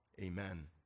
Amen